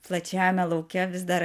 plačiajame lauke vis dar